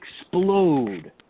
explode